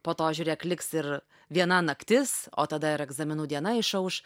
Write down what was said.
po to žiūrėk liks ir viena naktis o tada ir egzaminų diena išauš